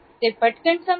ती पटकन संपते